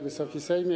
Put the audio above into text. Wysoki Sejmie!